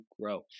grow